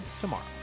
tomorrow